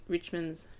Richmond's